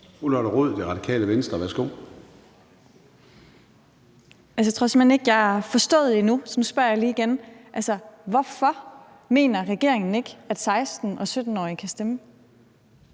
Kl. 14:16 Lotte Rod (RV): Jeg tror simpelt hen ikke, jeg har forstået det endnu, så nu spørger jeg lige igen: Hvorfor mener regeringen ikke, at 16-årige og 17-årige kan stemme?